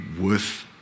worth